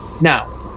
Now